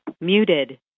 muted